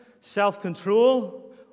self-control